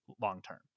long-term